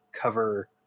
cover